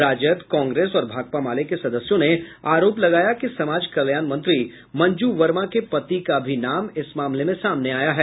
राजद कांग्रेस और भाकपा माले के सदस्यों ने आरोप लगाया कि समाज कल्याण मंत्री मंजू वर्मा के पति का भी नाम इस मामले में सामने आया है